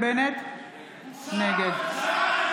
נגד.